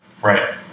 Right